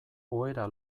ohera